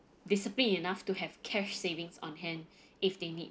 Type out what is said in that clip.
disciplined enough to have cash savings on hand if they need